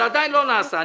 זה עדיין לא נעשה.